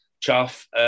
chaff